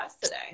today